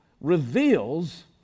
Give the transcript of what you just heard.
reveals